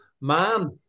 man